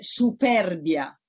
superbia